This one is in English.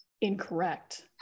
Incorrect